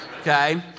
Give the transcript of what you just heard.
Okay